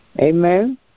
Amen